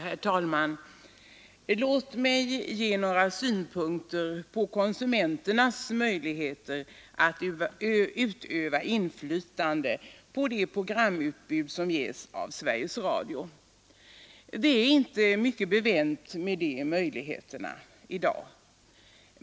Herr talman! Låt mig ge några synpunkter på konsumenternas möjligheter att utöva inflytande på Sveriges Radios programutbud. Det är i dag inte mycket bevänt med de möjligheterna.